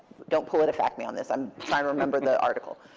don't politifact me on this. i'm trying to remember the article.